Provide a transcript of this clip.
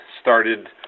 started –